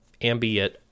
ambient